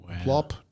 Plop